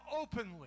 openly